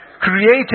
Created